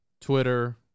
twitter